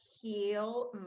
heal